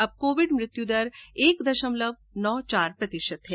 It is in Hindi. अब कोविड मृत्यु दर एक दशमलव नौ चार प्रतिशत है